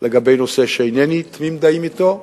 לגבי נושא שאינני תמים דעים אתו,